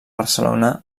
barcelona